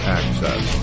access